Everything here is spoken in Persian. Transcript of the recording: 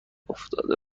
افتاده